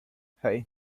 hey